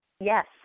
Yes